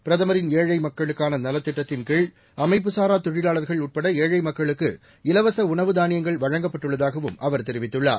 பிரதமரின் ஏழை மக்களுக்கான நலத்திட்டத்தின் கீழ் அமைப்புசாரா தொழிலாளர்கள் உட்பட ஏழை மக்களுக்கு இலவச உணவு தானியங்கள் வழங்கப்பட்டுள்ளதாகவும் அவர் தெிவித்துள்ளார்